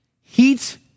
heat